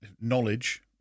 knowledge